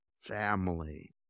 family